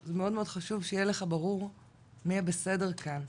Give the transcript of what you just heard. זה מאוד מאוד חשוב שיהיה לך ברור מי הבסדר כאן.